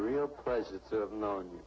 real pleasure of knowing